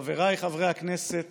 חבריי חברי הכנסת